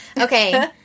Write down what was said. Okay